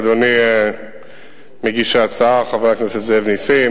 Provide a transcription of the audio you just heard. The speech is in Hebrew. אדוני מגיש ההצעה חבר הכנסת זאב נסים,